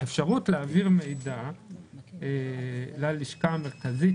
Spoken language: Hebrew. אפשרות להעביר מידע ללשכה המרכזית